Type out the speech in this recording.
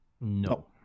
No